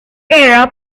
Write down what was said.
guerra